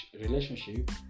relationship